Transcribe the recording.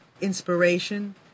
inspiration